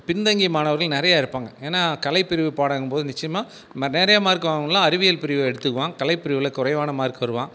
பின்தங்கிய மாணவர்கள் நிறையா இருப்பாங்க ஏன்னா கலை பிரிவு பாடங்கும்போது நிச்சயமாக நிறைய மார்க் வாங்குனவங்கள்லாம் அறிவியல் பிரிவை எடுத்துக்குவான் கலை பிரிவில் குறைவான மார்க் வருவான்